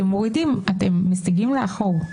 ואתם מסיגים לאחור.